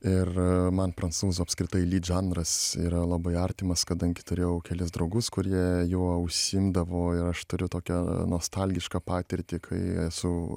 ir man prancūzų apskritai žanras yra labai artimas kadangi turėjau kelis draugus kurie juo užsiimdavo ir aš turiu tokią nostalgišką patirtį kai esu